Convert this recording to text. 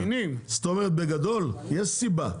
זאת אומרת, בגדול יש סיבה.